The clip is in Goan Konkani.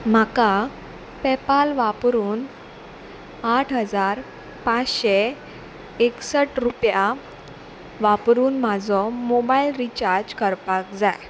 म्हाका पेपाल वापरून आठ हजार पांचशें एकसठ रुपया वापरून म्हाजो मोबायल रिचार्ज करपाक जाय